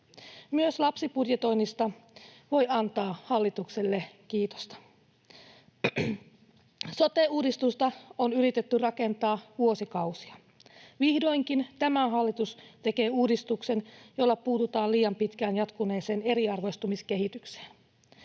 Myös lapsibudjetoinnista voi antaa hallitukselle kiitosta. Sote-uudistusta on yritetty rakentaa vuosikausia. Vihdoinkin tämä hallitus tekee uudistuksen, jolla puututaan liian pitkään jatkuneeseen eriarvoistumiskehitykseen.